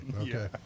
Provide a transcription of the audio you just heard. Okay